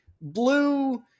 blue